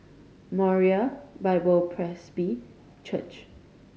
Moriah Bible Presby Church